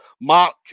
Mark